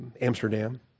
Amsterdam